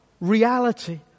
reality